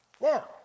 Now